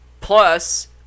plus